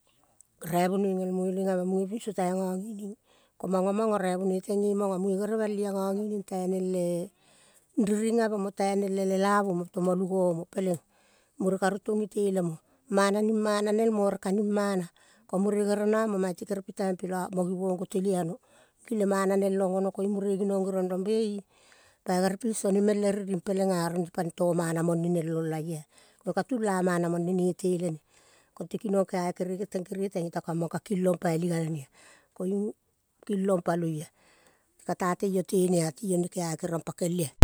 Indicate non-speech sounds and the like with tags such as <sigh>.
Raivonoi ngel muelave munge binso tai ngangining. Ko manga, manga raivonoi teng nge manga munge gerel balia ngangining tai neng le riring ave mo taineng le lelavu mo tomalu gomo. Peleng mure ka rutong iteluele mo. Mana nimana nelmo ere kanim mana. Ko mure gere namo mati kere pitaimpe la mo givong go teli ano. Gile mana nel ong ono konim mana. givong to teli ano. Gile mana nel ong ono koing mure ginong geriong rong <unintelligible> pai gerel l pilso. Nemeng le riring pelenga oro ne pane to mana mone nelong aioa. Toka tula mana mone ne telene. Konte kinong kealo kereteng, kereteng, iota kamang ka ki long pai li galne. Koiung kilong paloia. Te kata teio tenea ne kealo keriong pakel ioa.